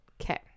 Okay